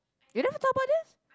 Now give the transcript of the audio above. you never talk about this